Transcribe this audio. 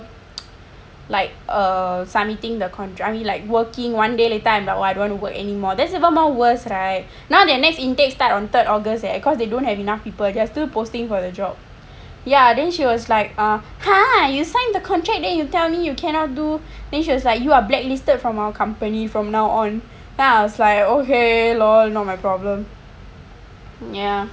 like err submitting the contract I mean like working one day later then I don't wanna work anymore that's even more worse right now they're next intake starts on third august eh because they don't have enough people they are still posting for the job ya then she was like !huh! you signed the contract then you tell me you cannot do then she was like you are blacklisted from our company from now on then I was like ok lor not my problem ya